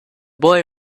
boy